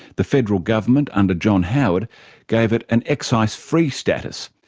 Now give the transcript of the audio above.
the federal government under john howard gave it an excise free status,